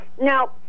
Now